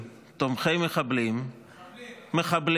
תומכי מחבלים --- מחבלים.